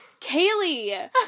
Kaylee